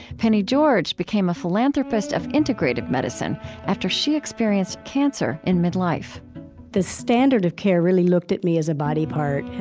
penny george became a philanthropist of integrative medicine after she experienced cancer in mid life the standard of care really looked at me as a body part,